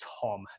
Tom